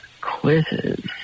Quizzes